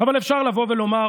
אבל אפשר לומר,